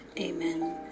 Amen